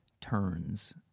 turns